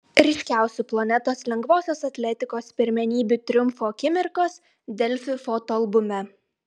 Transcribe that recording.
ryškiausių planetos lengvosios atletikos pirmenybių triumfų akimirkos delfi fotoalbume